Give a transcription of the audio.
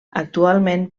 actualment